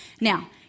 Now